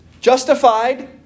Justified